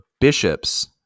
bishops